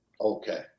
okay